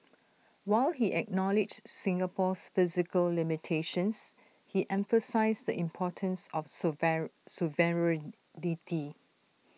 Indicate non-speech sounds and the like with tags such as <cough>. while he acknowledged Singapore's physical limitations he emphasised the importance of <unintelligible> sovereignty